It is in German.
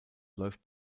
läuft